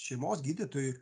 šeimos gydytojui